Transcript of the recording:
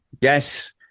Yes